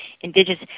indigenous